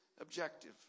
objective